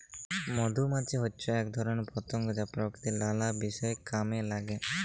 মধুমাছি হচ্যে এক ধরণের পতঙ্গ যা প্রকৃতির লালা বিষয় কামে লাগে